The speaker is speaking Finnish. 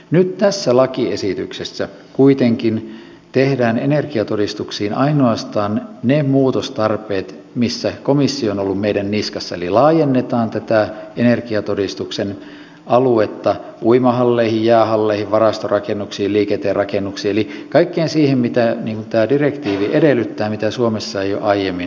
nyt tässä lakiesityksessä kuitenkin tehdään energiatodistuksiin ainoastaan ne muutostarpeet missä komissio on ollut meidän niskassa eli laajennetaan tätä energiatodistuksen aluetta uimahalleihin jäähalleihin varastorakennuksiin liikenteen rakennuksiin eli kaikkeen siihen mitä tämä direktiivi edellyttää mitä suomessa ei ole aiemmin toimeenpantu